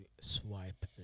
swipe